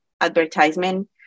advertisement